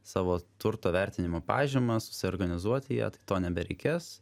savo turto vertinimo pažymą susiorganizuoti ją tai to nebereikės